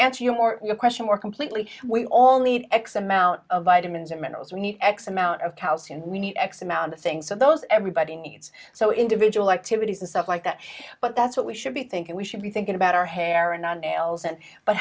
answer your question more completely we all need x amount of vitamins and minerals we need x amount of cows and we need x amount of things so those everybody needs so individual activities and stuff like that but that's what we should be thinking we should be thinking about our hair and nails and but